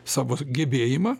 savo gebėjimą